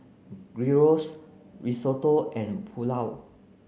Gyros Risotto and Pulao